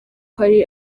hari